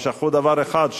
אבל שכחו דבר אחד,